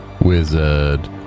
Wizard